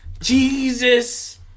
Jesus